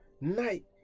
night